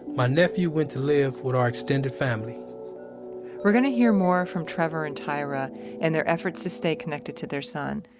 my nephew went to live with our extended family we're gonna hear more from trevor and tyra and their efforts to stay connected to their son.